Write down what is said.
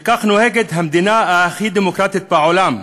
שכך נוהגת המדינה הכי דמוקרטית בעולם.